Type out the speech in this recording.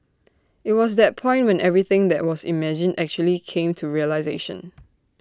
IT was that point when everything that was imagined actually came to realisation